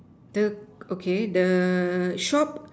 the okay the shop